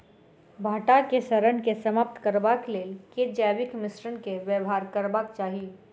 भंटा केँ सड़न केँ समाप्त करबाक लेल केँ जैविक मिश्रण केँ व्यवहार करबाक चाहि?